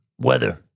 Weather